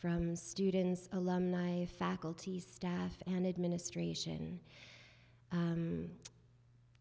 from students alumni faculty staff and administration